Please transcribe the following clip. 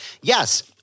yes